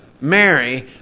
Mary